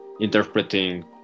interpreting